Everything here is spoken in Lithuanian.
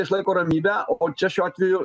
išlaiko ramybę o čia šiuo atveju